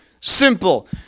simple